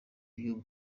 your